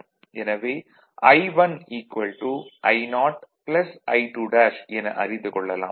எனவே I1 I0 I2' என அறிந்து கொள்ளலாம்